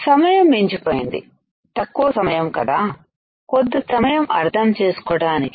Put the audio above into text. సమయం మించిపోయింది తక్కువ సమయం కదా కొద్ది సమయం అర్థం చేసుకోవడానికి